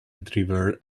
driver